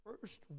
first